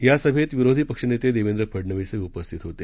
या सभेत विरोधी पक्षनेते देवेंद्र फडनवीसही उपस्थित होते